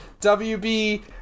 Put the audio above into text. WB